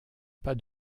pas